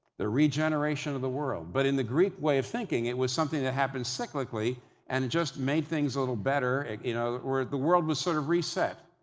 the regeneration of the world. but, in the greek way of thinking, it was something that happened cyclically and just made things a little better, you know, where the world was sort of reset.